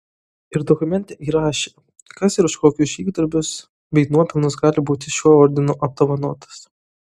ir dokumente įrašė kas ir už kokius žygdarbius bei nuopelnus gali būti šiuo ordinu apdovanotas